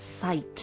sight